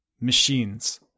Machines